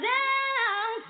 down